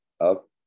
up